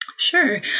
Sure